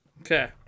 Okay